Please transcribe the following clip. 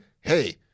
hey